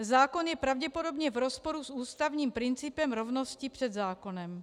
Zákon je pravděpodobně v rozporu s ústavním principem rovnosti před zákonem.